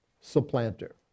Supplanter